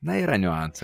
na yra niuansų